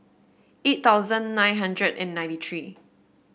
eight thousand nine hundred and ninety three